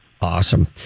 Awesome